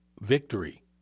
victory